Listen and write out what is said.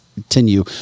Continue